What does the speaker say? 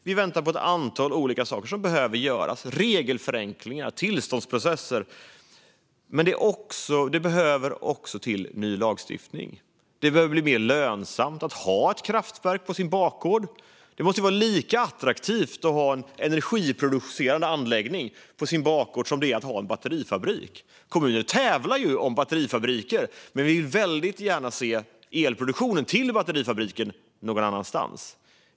Vi väntar på ett antal olika saker som behöver göras när det gäller till exempel regelförenklingar och tillståndsprocesser. Men det behövs också en ny lagstiftning. Det behöver bli mer lönsamt att ha ett kraftverk på sin bakgård. Det måste vara lika attraktivt att ha en energiproducerande anläggning på sin bakgård som det är att ha en batterifabrik. Kommuner tävlar ju om batterifabriker, men man vill väldigt gärna se elproduktionen till batterifabriken någon annanstans.